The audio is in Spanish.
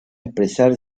expresar